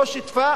לא שיתפה.